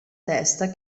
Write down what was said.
testa